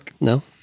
No